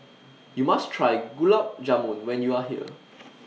YOU must Try Gulab Jamun when YOU Are here